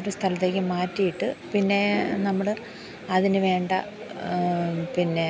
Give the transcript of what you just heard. ഒരു സ്ഥലത്തേക്ക് മാറ്റിയിട്ട് പിന്നെ നമ്മൾ അതിന് വേണ്ട പിന്നെ